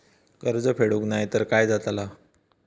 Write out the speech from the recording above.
कर्ज फेडूक नाय तर काय जाताला?